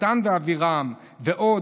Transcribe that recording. דתן ואבירם ועוד,